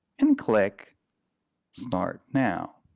and click start now.